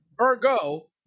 Ergo